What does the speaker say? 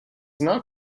not